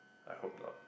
I hope not